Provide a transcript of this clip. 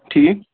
ٹھیٖک